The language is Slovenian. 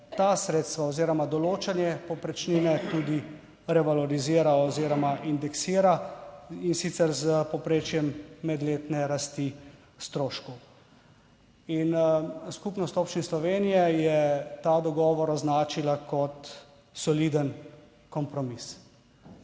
ta sredstva oziroma določanje povprečnine tudi revalorizira oziroma indeksira, in sicer s povprečjem medletne rasti stroškov. In Skupnost občin Slovenije je ta dogovor označila kot soliden kompromis.